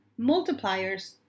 multipliers